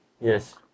Yes